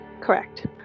Correct